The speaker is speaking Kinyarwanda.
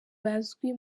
bazwi